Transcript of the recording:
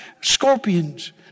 scorpions